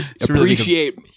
appreciate